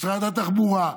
משרד התחבורה,